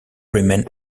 remain